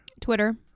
Twitter